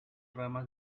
ramas